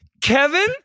Kevin